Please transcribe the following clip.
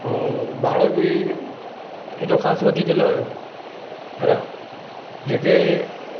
ऐं भाड़ो बि हेॾो ख़ासि वधीक न हुयो पर जेके